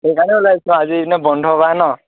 সেইকাৰণে ওলাইছোঁ আজি এনেই বন্ধ বাৰ নহ্